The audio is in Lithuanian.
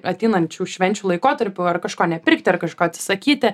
ateinančių švenčių laikotarpiu ar kažko nepirkti ar kažko atsisakyti